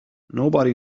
nobody